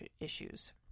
issues